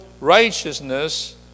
righteousness